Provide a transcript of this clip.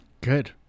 Good